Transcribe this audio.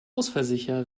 ausfallsicher